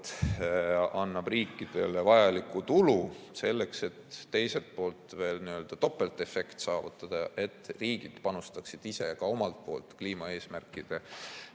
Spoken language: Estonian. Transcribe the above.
annab riikidele vajaliku tulu selleks, et veel topeltefekt saavutada, et riigid panustaksid ise ka omalt poolt kliimaeesmärkide